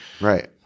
Right